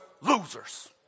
losers